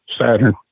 Saturn